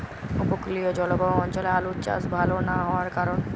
উপকূলীয় জলবায়ু অঞ্চলে আলুর চাষ ভাল না হওয়ার কারণ?